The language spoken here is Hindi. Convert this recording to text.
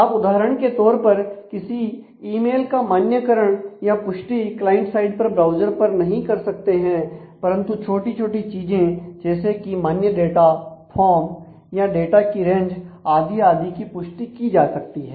आप उदाहरण के तौर पर किसी ईमेल का मान्यकरण या पुष्टि क्लाइंट साइड पर ब्राउज़र पर नहीं कर सकते हैं परंतु छोटी छोटी चीजें जैसे कि मान्यडाटा फॉर्म या डाटा की रेंज आदि आदि की पुष्टि की जा सकती है